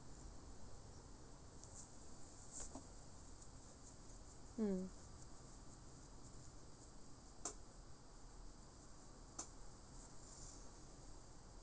mm